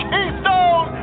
Keystone